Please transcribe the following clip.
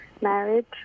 marriage